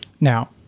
Now